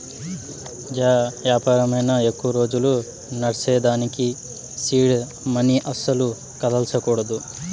yeah యాపారమైనా ఎక్కువ రోజులు నడ్సేదానికి సీడ్ మనీ అస్సల కదల్సకూడదు